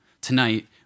tonight